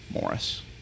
Morris